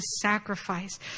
sacrifice